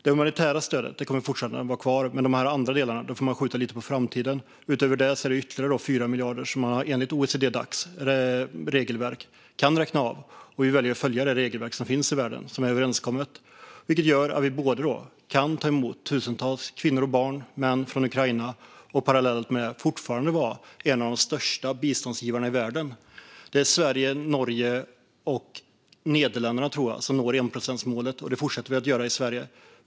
Det humanitära stödet kommer att vara kvar, men det övriga får man skjuta lite på framtiden. Enligt OECD-Dacs regelverk kan man räkna av 4 miljarder, och vi väljer att följa detta överenskomna regelverk. Detta gör att vi både kan ta emot tusentals kvinnor, barn och män från Ukraina och fortfarande vara en av de största biståndsgivarna i världen. Det är Sverige, Norge och Nederländerna, tror jag, som når enprocentsmålet, och det fortsätter Sverige att göra.